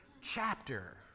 chapter